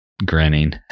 grinning